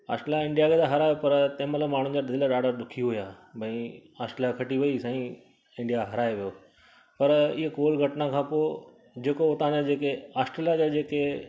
Australia India खे त हारायो पर तंहिं महिल माण्हुनि जा दिलि ॾाढा दुखी हुआ भई ऑस्ट्रेलिया खटी वेई साईं इंडिया हाराए वियो पर इहो कोल घटना खां पोइ जेको उतां जा जेके ऑस्ट्रेलिया जा जेके